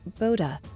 boda